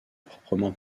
proprement